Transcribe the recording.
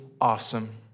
awesome